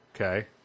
Okay